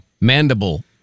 Mandible